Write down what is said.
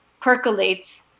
percolates